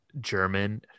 German